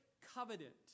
covenant